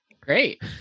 Great